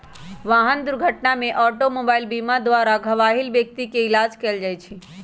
वाहन दुर्घटना में ऑटोमोबाइल बीमा द्वारा घबाहिल व्यक्ति के इलाज कएल जाइ छइ